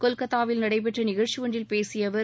கொல்கத்தாவில் நடைபெற்ற நிகழ்ச்சி ஒன்றில் பேசிய அவர்